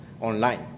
online